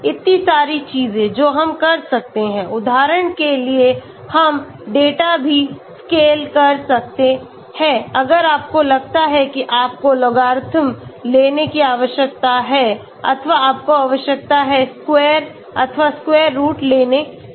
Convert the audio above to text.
इतनी सारी चीजें जो हम कर सकते हैं उदाहरण के लिए हम डेटा भी स्केल कर सकते हैं अगर आपको लगता है कि आपको logarithm लेने की आवश्यकता हैअथवा आपको आवश्यकता है square अथवाsquare root लेने की